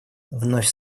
вновь